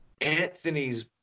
Anthony's